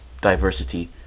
diversity